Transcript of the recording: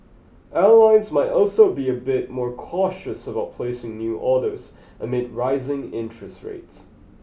airlines might also be a bit more cautious about placing new orders amid rising interest rates